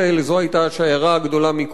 ככל הנראה זו היתה השיירה הגדולה מכולן.